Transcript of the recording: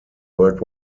world